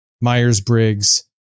Myers-Briggs